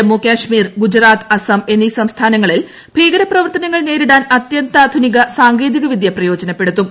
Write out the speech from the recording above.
ജമ്മുകാശ്മീർ ഗുജറാത്ത് എന്നീസംസ്ഥാനങ്ങളിൽ ഭീകരപ്രവർത്തനങ്ങൾ നേരിടാൻ അസം അത്യന്താധുനിക സാങ്കേതികവിദ്യ പ്രയോജനപ്പെടുത്തും